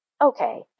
okay